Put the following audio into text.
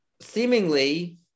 seemingly